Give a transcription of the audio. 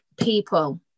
people